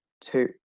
two